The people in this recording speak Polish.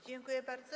Dziękuję bardzo.